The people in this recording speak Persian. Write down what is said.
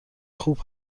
خوب